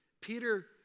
Peter